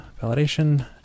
validation